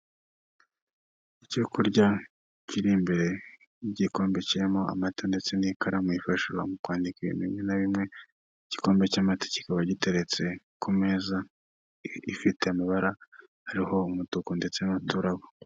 Iyo kurya kiri imbere y'igikombe kirimo amata ndetse n'ikaramu yifashwa mu kwandika ibintu bimwe na bimwe, igikombe cy'amata kikaba giteretse ku meza ifite amabara ariho umutuku ndetse n'uturabo.